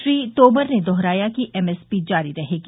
श्री तोमर ने दोहराया कि एमएसपी जारी रहेगी